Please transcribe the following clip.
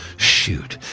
shoot,